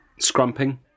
Scrumping